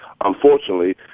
unfortunately